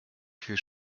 viel